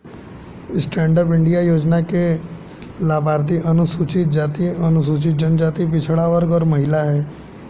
stand up India योजना के लाभार्थी अनुसूचित जाति, अनुसूचित जनजाति, पिछड़ा वर्ग और महिला है